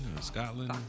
Scotland